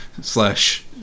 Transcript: slash